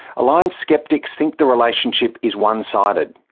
alliance sceptics think the relationship is one-sided.